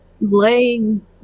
laying